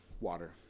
Water